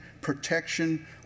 protection